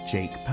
Jake